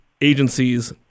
agencies